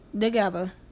together